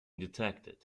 detected